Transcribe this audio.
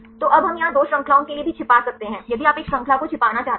तो अब हम यहां 2 श्रृंखलाओं के लिए भी छिपा सकते हैं यदि आप एक श्रृंखला को छिपाना चाहते हैं